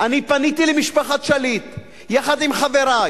אני פניתי למשפחת שליט יחד עם חברי